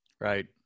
right